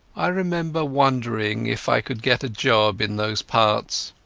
i remember wondering if i could get a job in those parts.